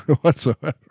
whatsoever